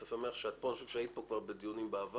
אז אני שמח שאת פה ואני חושב שהיית פה כבר בדיונים בעבר.